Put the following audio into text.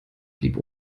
blieb